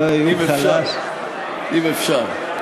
אם אפשר, אם אפשר.